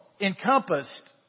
encompassed